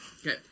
okay